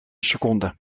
seconden